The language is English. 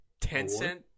Tencent